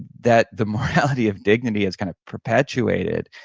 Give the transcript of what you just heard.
that the morality of dignity is kind of perpetuated.